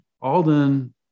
Alden